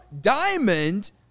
diamond –